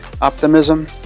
optimism